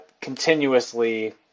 continuously